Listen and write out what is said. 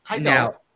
now